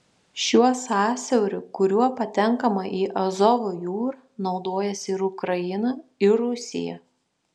šiuo sąsiauriu kuriuo patenkama į azovo jūrą naudojasi ir ukraina ir rusija